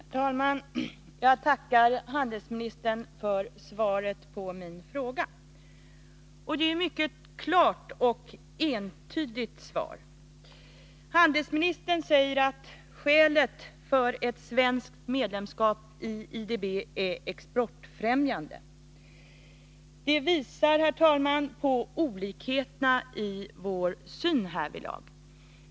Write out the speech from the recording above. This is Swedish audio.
Herr talman! Jag tackar handelsministern för svaret på min fråga. Det är ett mycket klart och entydigt svar. Handelsministern säger att skälet för ett svenskt medlemskap i IDB är exportfrämjande. Det visar, herr talman, på olikheterna i vår syn härvidlag.